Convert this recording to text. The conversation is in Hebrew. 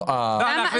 למה.